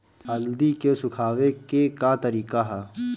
हल्दी के सुखावे के का तरीका ह?